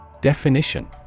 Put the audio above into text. Definition